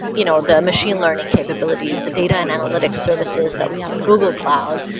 you know the machine learning capabilities, the data and analytics services that we have in google cloud.